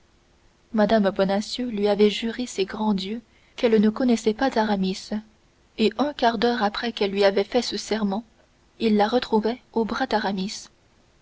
mme bonacieux lui avait juré ses grands dieux qu'elle ne connaissait pas aramis et un quart d'heure après qu'elle lui avait fait ce serment il la retrouvait au bras d'aramis